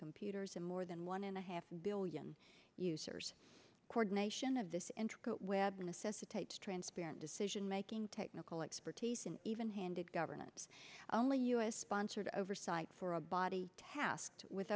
computers and more than one and a half billion users coordination of this intricate web necessitates transparent decision making technical expertise and even handed governance only u s sponsored oversight for a body tasked with